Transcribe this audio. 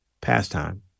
pastime